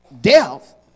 death